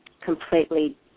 completely